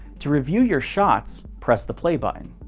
to review your shots, press the play button.